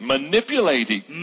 Manipulating